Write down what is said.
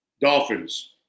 Dolphins